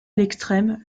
l’extrême